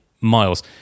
miles